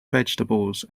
vegetables